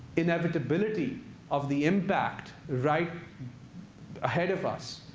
inevitability of the impact right ahead of us,